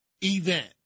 event